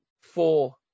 four